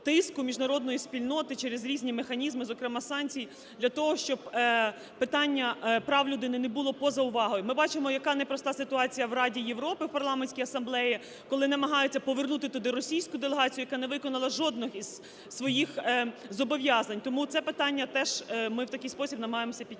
тиску міжнародної спільноти через різні механізми, зокрема, санкції для того, щоб питання прав людини не було поза увагою. Ми бачимо, яка непроста ситуація в Раді Європи, в Парламентській асамблеї, коли намагаються повернути туди російську делегацію, яка не виконала жодне із своїх зобов'язань. Тому це питання теж ми в такий спосіб намагаємось підняти.